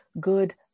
good